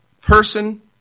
person